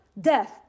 death